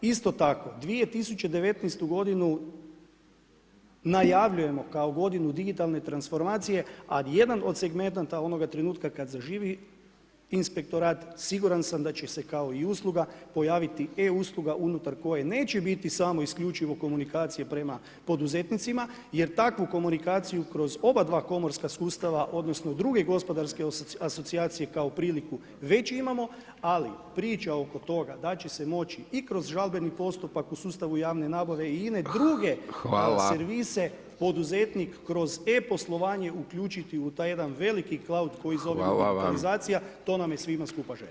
Isto tako 2019. godinu najavljujemo kao godinu digitalne transformacije, a jedan od segmenata onoga trenutka kad zaživi inspektora siguran sam da će se kao i usluga pojaviti e usluga unutar koje neće biti samo isključivo komunikacije prema poduzetnicima jer takvu komunikaciju kroz obadva komorska sustava, odnosno druge gospodarske asocijacije kao priliku već imamo, ali priča oko toga da će se moći i kroz žalbeni postupak u sustavu javne nabave i ... druge servise poduzetnik kroz e poslovanje uključiti u taj jedan veliki cloud koji zovemo digitalizacija, to nam je svima skupa